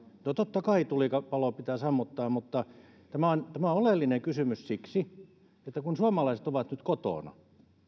no totta kai tulipalo pitää sammuttaa tämä on tämä on oleellinen kysymys siksi että kun suomalaiset ovat nyt kotona